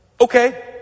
okay